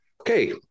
okay